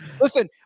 listen